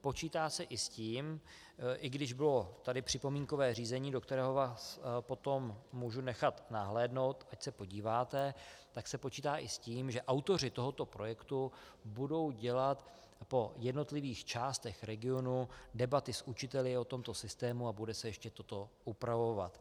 Počítá se i s tím, i když bylo připomínkové řízení, do kterého vás potom můžu nechat nahlédnout, ať se podíváte, tak se počítá i s tím, že autoři tohoto projektu budou dělat po jednotlivých částech regionu debaty s učiteli o tomto systému a bude se to ještě upravovat.